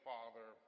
Father